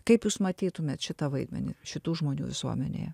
kaip jūs matytumėt šitą vaidmenį šitų žmonių visuomenėje